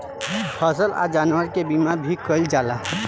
फसल आ जानवर के बीमा भी कईल जाला